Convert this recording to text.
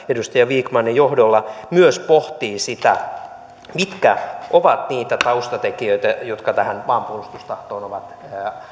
edustaja vikmanin johdolla myös pohtii sitä mitkä ovat niitä taustatekijöitä jotka tähän maanpuolustustahtoon ovat